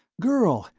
girl,